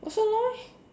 got so long meh